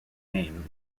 game